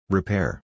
Repair